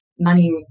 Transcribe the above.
money